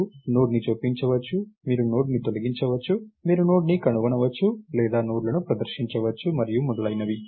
మీరు నోడ్ను చొప్పించవచ్చు మీరు నోడ్ను తొలగించవచ్చు మీరు నోడ్ను కనుగొనవచ్చు లేదా నోడ్లను ప్రదర్శించవచ్చు మరియు మొదలైనవి